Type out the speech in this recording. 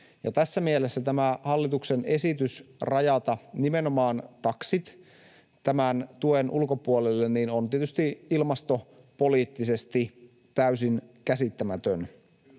tässä mielessä tämä hallituksen esitys, jossa rajataan nimenomaan taksit tämän tuen ulkopuolelle, on tietysti ilmastopoliittisesti täysin käsittämätön.